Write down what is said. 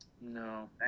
No